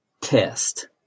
test